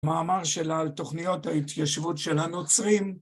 מאמר שלה על תוכניות ההתיישבות של הנוצרים.